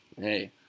Hey